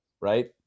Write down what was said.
right